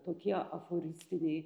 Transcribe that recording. tokie aforistiniai